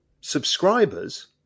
subscribers